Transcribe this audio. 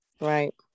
Right